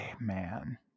man